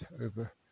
over